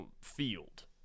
field